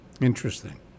Interesting